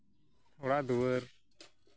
ᱚᱲᱟᱜ ᱫᱩᱣᱟᱹᱨ